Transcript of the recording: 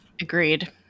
Agreed